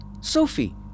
Sophie